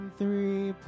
three